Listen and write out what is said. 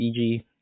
EG